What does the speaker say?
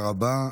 תודה רבה.